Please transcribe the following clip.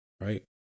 right